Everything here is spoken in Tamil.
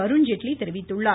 அருண்ஜேட்லி தெரிவித்தார்